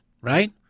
right